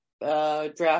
draft